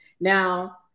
now